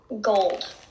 Gold